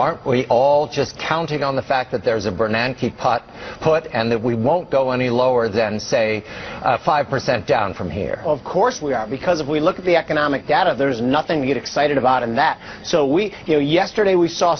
aren't we all just counting on the fact that there's a burden and keep pot put and that we won't go any lower than say five percent down from here of course we are because if we look at the economic data there is nothing to get excited about and that so we you know yesterday we saw